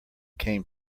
came